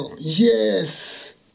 Yes